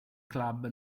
club